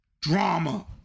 drama